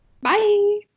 bye